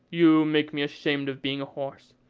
you make me ashamed of being a horse.